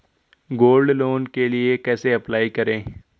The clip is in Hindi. गोल्ड लोंन के लिए कैसे अप्लाई करें?